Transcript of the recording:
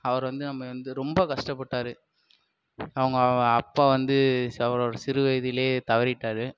அவரு வந்து நம்ம வந்து ரொம்ப கஷ்டப்பட்டாரு அவங்க அப்பா வந்து ச அவரோட சிறு வயதிலே தவறிவிட்டாரு